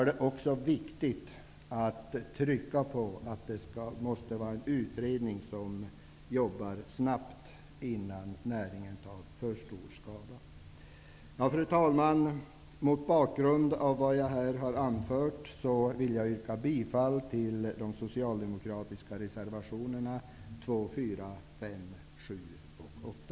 Det är viktigt att understryka att denna utredning måste arbeta snabbt, så att näringen inte hinner ta för stor skada. Fru talman! Mot bakgrunden av vad jag här har anfört vill jag yrka bifall till de socialdemokratiska reservationerna 2, 4, 5, 7 och 8.